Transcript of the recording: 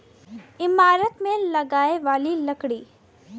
ईमारत मे लगाए वाली लकड़ी